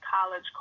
college